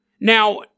Now